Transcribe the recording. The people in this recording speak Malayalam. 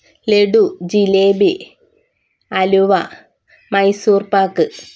ലഡ്ഡു ജിലേബി ഹലുവ മൈസൂർ പാക്ക്